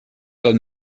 del